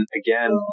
again